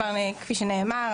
כפי שנאמר,